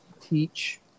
teach